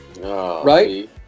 right